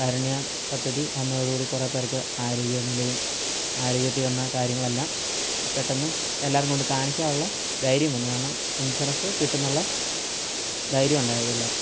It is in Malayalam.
കാരുണ്യ പദ്ധതി വന്നതോടു കൂടി കുറെ പേർക്ക് ആരോഗ്യനിലയും ആരോഗ്യത്തിൽ വന്ന കാര്യങ്ങളെല്ലാം പെട്ടന്ന് എല്ലാർക്കും കൊണ്ട് കാണിക്കാൻ ഉള്ള ധൈര്യം വന്നു കാരണം ഇൻസുറൻസ് കിട്ടുമെന്നുള്ള ധൈര്യം ഉണ്ടായി എല്ലാർക്കും